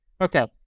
Okay